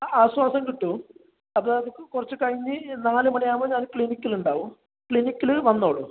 ആശ്വാസം കിട്ടും അത് കുറച്ച് കഴിഞ്ഞ് നാല് മണി ആവുമ്പോൾ ഞാൻ ക്ലിനിക്കിൽ ഉണ്ടാവും ക്ലിനിക്കിൽ വന്നോളു